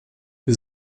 wir